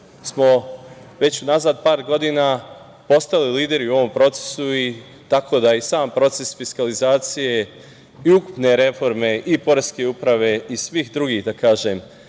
smo već unazad par godina postali lideri u ovom procesu. Tako da i sam proces fiskalizacije i ukupne reforme i Poreske uprave i svih drugih, da kažem,